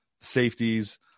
safeties